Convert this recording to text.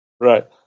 Right